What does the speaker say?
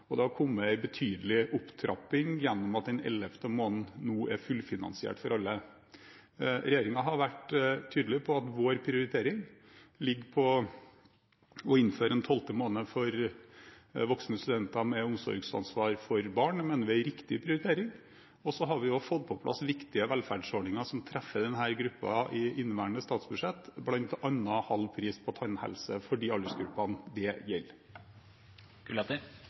Det har også kommet en betydelig opptrapping ved at den ellevte måneden nå er fullfinansiert for alle. Regjeringen har vært tydelig på at vår prioritering ligger i å innføre en tolvte måned for voksne studenter med omsorgsansvar for barn. Det mener vi er en riktig prioritering. Og så har vi fått på plass viktige velferdsordninger som treffer denne gruppen i inneværende statsbudsjett, bl.a. halv pris på tannhelse for de aldersgruppene det gjelder.